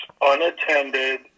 unattended